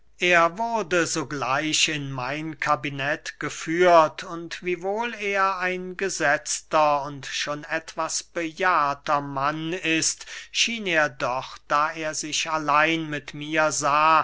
er wurde sogleich in mein kabinet geführt und wiewohl er ein gesetzter und schon etwas bejahrter mann ist schien er doch da er sich allein mit mir sah